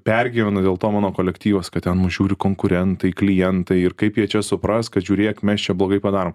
pergyvenu dėl to mano kolektyvas kad ten mus žiūri konkurentai klientai ir kaip jie čia supras kad žiūrėk mes čia blogai padarom